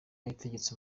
yategetse